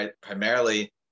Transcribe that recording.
primarily